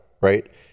right